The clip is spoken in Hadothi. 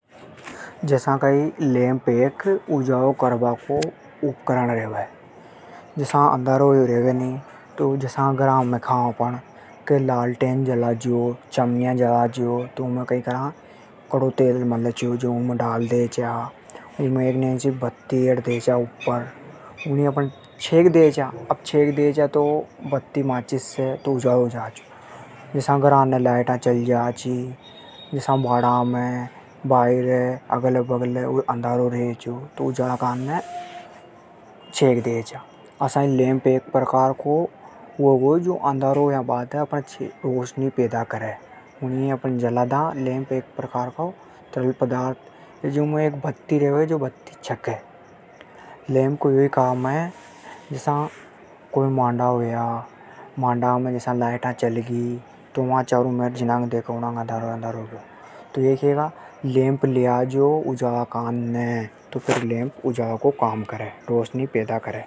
जसा कई लैंप एक उजालों करबा को उपकरण रेवे। अंधेरों होवे जे घर ने केवा के लालटेन जला जो, तो उमे कई के कड़ों तेल मले चो तो उमे डाल देचा। एक बत्ती हेड देचा ऊपरे। फेर चेख देचा। जसा लाइट चल जा ची तो उजाला काने जो देचा। लैंप एक प्रकार को उजाला काने काम आवे। जो अपन ऊनी जोदा जे उजालों पैदा करे। लैंप फैली मांडा ब्याव में भी उजाला काने छा चो ।